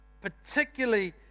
particularly